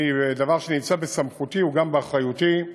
דבר שנמצא בסמכותי הוא גם באחריותי,